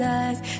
eyes